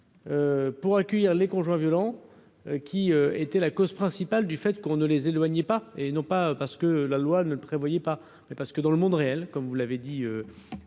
pour accueillir les conjoints violents qui était la cause principale du fait qu'on ne les éloigner pas et non pas parce que la loi ne prévoyait pas, mais parce que dans le monde réel, comme vous l'avez dit,